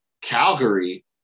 Calgary